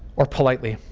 or politely.